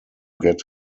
get